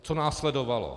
Co následovalo?